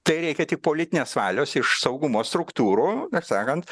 tai reikia tik politinės valios iš saugumo struktūrų kaip sakant